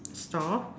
store